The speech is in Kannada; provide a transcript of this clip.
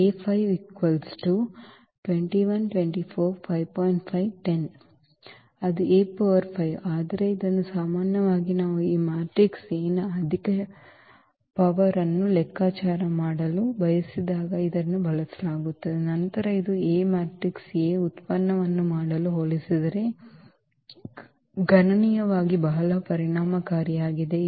ಅದು A ಪವರ್ 5 ಆದರೆ ಇದನ್ನು ಸಾಮಾನ್ಯವಾಗಿ ನಾವು ಈ ಮ್ಯಾಟ್ರಿಕ್ಸ್ A ಯ ಅಧಿಕ ಶಕ್ತಿಯನ್ನು ಲೆಕ್ಕಾಚಾರ ಮಾಡಲು ಬಯಸಿದಾಗ ಇದನ್ನು ಬಳಸಲಾಗುತ್ತದೆ ನಂತರ ಇದು A ಮ್ಯಾಟ್ರಿಕ್ಸ್ A ಉತ್ಪನ್ನವನ್ನು ಮಾಡಲು ಹೋಲಿಸಿದರೆ ಗಣನೀಯವಾಗಿ ಬಹಳ ಪರಿಣಾಮಕಾರಿಯಾಗಿದೆ